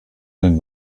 den